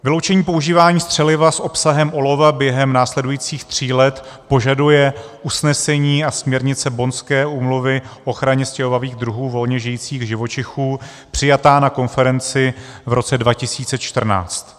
Vyloučení používání střeliva s obsahem olova během následujících tří let požaduje usnesení a směrnice Bonnské úmluvy o ochraně stěhovavých druhů volně žijících živočichů, přijatá na konferenci v roce 2014.